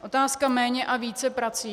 Otázka méně a víceprací.